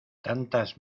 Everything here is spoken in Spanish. tantas